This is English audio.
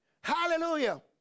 hallelujah